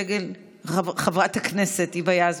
חברת הכנסת היבה יזבק,